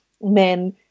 men